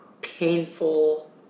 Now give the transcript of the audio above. painful